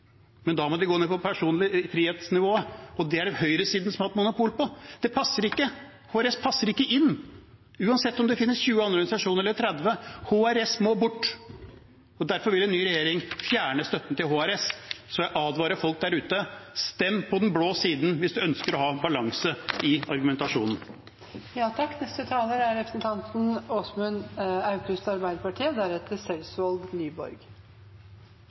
Men da må de gå ned på personlig-frihet-nivå, og det er det høyresiden som har hatt monopol på. Det passer ikke. HRS passer ikke inn, uansett om det finnes 20 eller 30 andre organisasjoner; HRS må bort. Derfor vil en ny regjering fjerne støtten til HRS. Så jeg advarer folk der ute: Stem på den blå siden hvis du ønsker å ha balanse i